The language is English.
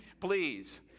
please